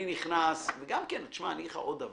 אגיד לך עוד דבר,